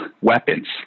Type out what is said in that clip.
weapons